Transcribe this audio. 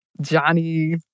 Johnny